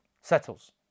settles